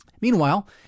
Meanwhile